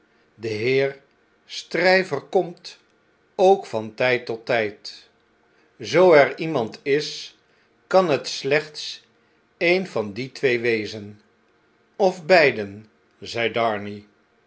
de heer stryver komt ook van tjjd tot tjjd zoo er iemand is kan het slechts een van die twee wezen of beiden zei darnay